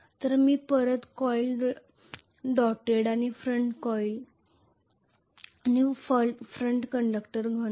तर मी परत कॉईल डोटेड आणि फ्रंट कॉइल फ्रंट कंडक्टर घन आहे